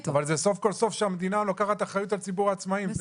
סוף כל סוף המדינה לוקחת אחריות על ציבור העצמאים.